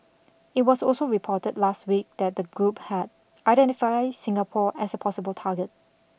it was also reported last week that the group had identified Singapore as a possible target